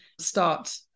start